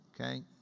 Okay